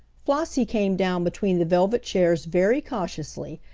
flossie came down between the velvet chairs very cautiously,